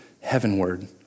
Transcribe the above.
heavenward